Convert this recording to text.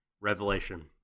revelation